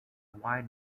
wide